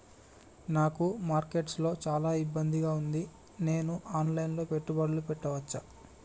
నాకు మార్కెట్స్ లో చాలా ఇబ్బందిగా ఉంది, నేను ఆన్ లైన్ లో పెట్టుబడులు పెట్టవచ్చా?